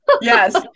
Yes